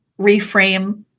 reframe